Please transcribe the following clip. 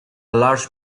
large